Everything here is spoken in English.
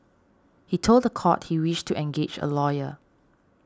he told the court he wished to engage a lawyer